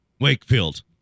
Wakefield